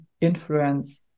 influence